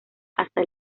hasta